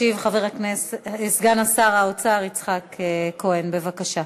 ישיב סגן שר האוצר יצחק כהן, בבקשה.